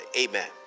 Amen